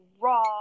raw